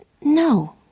No